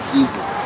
Jesus